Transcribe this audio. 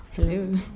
hello